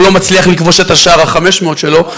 הוא לא מצליח לכבוש את השער ה-500 שלו.